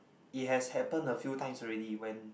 it has happened a few times already when